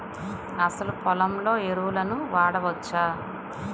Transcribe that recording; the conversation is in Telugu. అసలు పొలంలో ఎరువులను వాడవచ్చా?